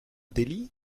delhi